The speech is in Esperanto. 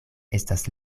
estas